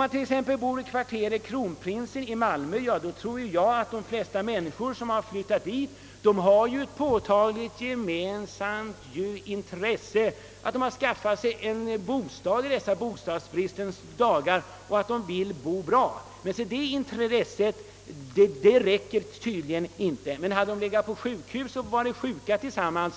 Jag tror att de flesta människor som t.ex. flyttat till kvarteret Kronprinsen i Malmö har ett påtagligt gemensamt intresse. De har skaffat sig en bostad i dessa bostadsbristens dagar och vill bo bra. Det intresset räcker tydligen inte. Men hade de legat på sjukhus och varit sjuka tillsammans,